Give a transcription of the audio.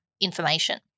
information